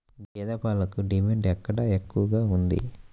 గేదె పాలకు డిమాండ్ ఎక్కడ ఎక్కువగా ఉంది?